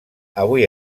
avui